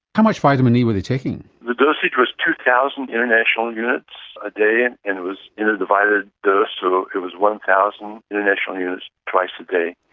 how much vitamin e where they taking? the dosage was two thousand international units a day and and it was in a divided dose, so it was one thousand international units twice a day,